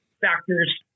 factors